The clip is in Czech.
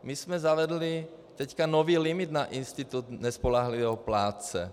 My jsme zavedli nový limit na institut nespolehlivého plátce.